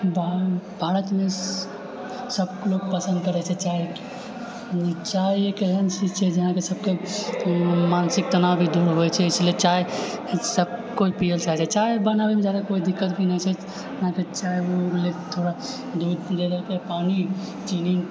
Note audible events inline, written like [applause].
[unintelligible] भारतमे सबलोग पसन्द करैत छै चाय चाय एक एहन चीज छै जे अहाँकेँ सबके मानसिक तनाव भी दूर होइत छै इसलिए चाय सब केओ पियैला चाहैत छै चाय बनाबैमे जादा कोइ दिक्कत भी नहि छै चाय बनबै ला थोड़ा दूध पानी चीनी